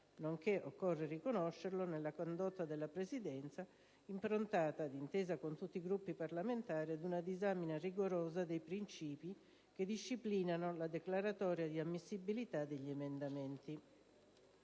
nonché - occorre riconoscerlo - nella condotta della Presidenza, improntata, d'intesa con tutti i Gruppi parlamentari, ad una disamina rigorosa dei principi che disciplinano la declaratoria di ammissibilità degli emendamenti.